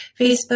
Facebook